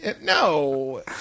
No